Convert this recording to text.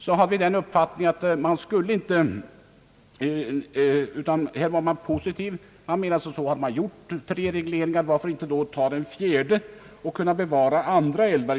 Vi hade den uppfattningen, att man här borde vara positiv och menade, att om det gjorts tre regleringar, kunde det lika gärna göras en fjärde för att därigenom i stället kunna bevara andra älvar.